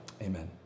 amen